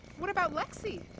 what about lexi?